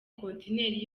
kontineri